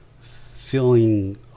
feeling